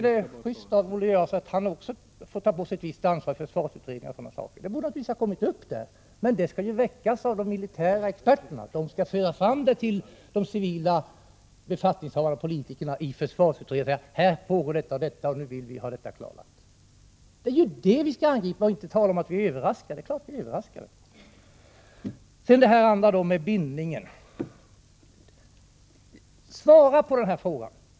Det är just om Olle Göransson också får ta på sig ett visst ansvar för försvarsutredningar och sådant. Det borde naturligtvis ha kommit upp där. Men sådana här frågor skall väckas av de militära experterna, de skall föra fram frågorna till de civila befattningshavarna och politikerna i försvarsutredningar och annat. De skall rapportera att här pågår detta eller detta och att det bör bli klarlagt. Det är det vi skall angripa och inte tala om att vi är överraskade. Sedan till detta med bindningen. Svara på denna fråga!